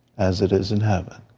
as it is in heaven.